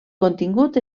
contingut